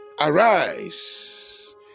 arise